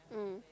mm